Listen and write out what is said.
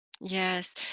Yes